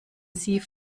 sie